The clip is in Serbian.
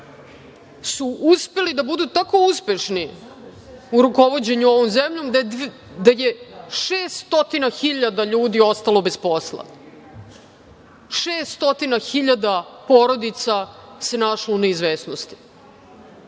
su uspeli da budu tako uspešni u rukovođenju ovom zemljom da je 600.000 ljudi ostalo bez posla, 600.000 porodica se našlo u neizvesnosti. Danas